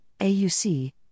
AUC